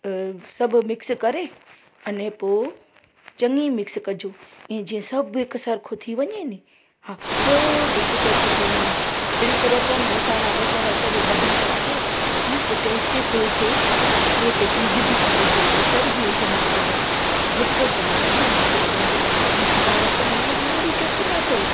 सभु मिक्स करे अने पोइ चङी मिक्स कजो इअं जीअं सभु हिक सरखो थी वञे ने हा सभु हिक सरखो थी वञे अहिड़ी तरह पोइ आहे न मसाला बसाला भभराए करे मस्तु टेस्टी फुल थिए हा केर त चीज बि तव्हां विझो बटर बि विझंदा अथव हा बटर त ॾाढो मस्तु लॻंदो आहे मुंहिंजा ॿार त इअं आंगुरियूं चटींदा अथव